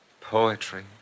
Poetry